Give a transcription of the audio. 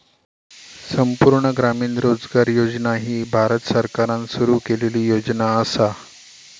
संपूर्ण ग्रामीण रोजगार योजना ही भारत सरकारान सुरू केलेली योजना असा